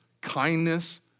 kindness